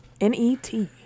N-E-T